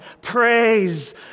praise